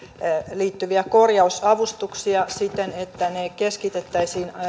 liittyviä korjausavustuksia siten että ne keskitettäisiin